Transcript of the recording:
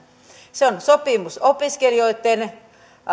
se on sopimus opiskelijoitten